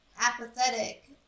apathetic